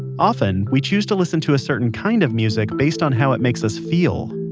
often, we choose to listen to a certain kind of music based on how it makes us feel